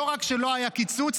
לא רק שלא היה קיצוץ,